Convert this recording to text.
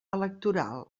electoral